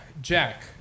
Jack